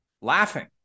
laughing